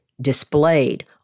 displayed